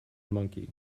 monkey